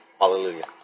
hallelujah